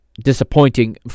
Disappointing